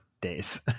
Days